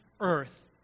earth